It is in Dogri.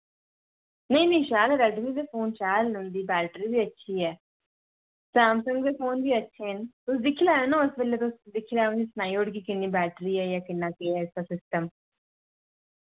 नेईं नेईं शैल ऐ रेडमी दे फोन शैल न उं'दी बैटरी बी अच्छी ऐ सैमसंग दे फोन बी अच्छे न तुस दिक्खी लैएओ न उस बेल्लै तुस दिक्खी लैएओ में सनाई ओड़गी किन्नी बैटरी ऐ जां किन्ना केह् ऐ इसदा सिस्टम